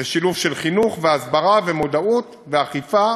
זה שילוב של חינוך והסברה ומודעות ואכיפה